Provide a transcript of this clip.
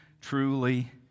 truly